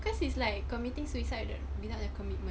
cause it's like committing suicide without their commitment